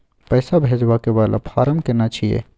पैसा भेजबाक वाला फारम केना छिए?